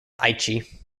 aichi